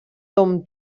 tom